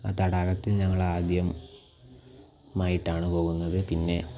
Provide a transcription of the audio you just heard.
ആ തടാകത്തിൽ ഞങ്ങളാദ്യമായിട്ടാണ് പോകുന്നത് പിന്നെ